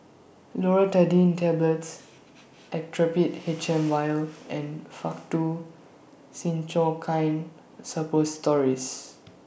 Loratadine Tablets Actrapid H M Vial and Faktu Cinchocaine Suppositories